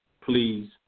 please